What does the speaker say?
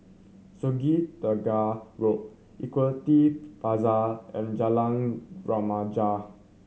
Sungei Tengah Road Equity Plaza and Jalan Remaja